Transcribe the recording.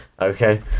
okay